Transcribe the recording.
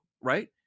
right